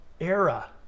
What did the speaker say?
era